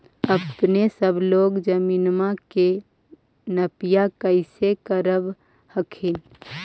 अपने सब लोग जमीनमा के नपीया कैसे करब हखिन?